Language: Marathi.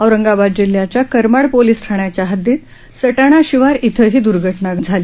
औरंगाबाद जिल्ह्यात करमाड पोलीस ठाण्याच्या हद्दीत सटाणा शिवार क्रिं ही दुर्घटना झाली